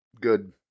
good